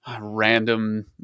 random